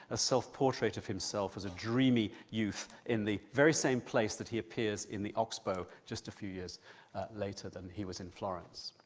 a self-portrait of himself as a dreamy youth in the very same place that he appears in the oxbow just a few years later than he was in florence.